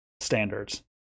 standards